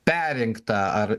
perrinktą ar